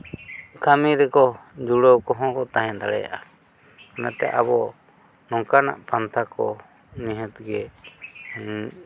ᱠᱟᱹᱢᱤ ᱨᱮᱠᱚ ᱡᱩᱲᱟᱹᱣ ᱠᱚᱦᱚᱸ ᱠᱚ ᱛᱟᱦᱮᱸ ᱫᱟᱲᱮᱭᱟᱜᱼᱟ ᱚᱱᱟᱛᱮ ᱟᱵᱚ ᱱᱚᱝᱠᱟᱱᱟᱜ ᱯᱟᱱᱛᱷᱟ ᱠᱚ ᱱᱤᱦᱟᱹᱛ ᱜᱮ